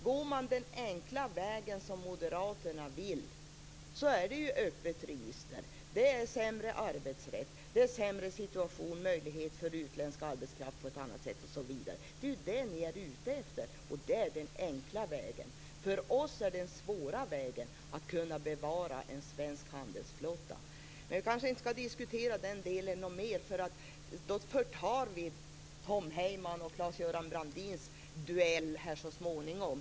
Går man den enkla vägen, som Moderaterna vill, är det ju ett öppet register. Det är sämre arbetsrätt. Det är en sämre situation med möjlighet för utländsk arbetskraft på ett annat sätt osv. Det är det ni är ute efter. Det är den enkla vägen. För oss är den svåra vägen att kunna bevara en svensk handelsflotta. Men vi kanske inte skall diskutera den delen mer, för då förtar vi Tom Heymans och Claes Göran Brandins duell här så småningom.